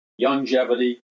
longevity